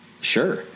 sure